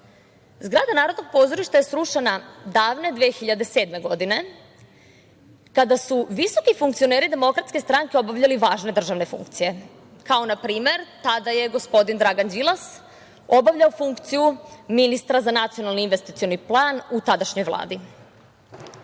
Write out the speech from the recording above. Narodnog pozorišta je srušena davne 2007. godine kada su visoki funkcioneri DS obavljali važne državne funkcije, kao na primer kada je gospodin Dragan Đilas obavljao funkciju ministra za nacionalni investicioni plan u tadašnjom